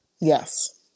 yes